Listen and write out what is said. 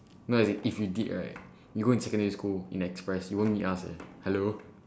no as in if you did right you'll go in secondary school in express you won't meet us eh hello